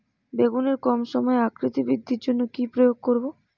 বেগুনের কম সময়ে আকৃতি বৃদ্ধির জন্য কি প্রয়োগ করব?